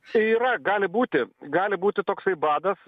čia yra gali būti gali būti toksai badas